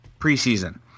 preseason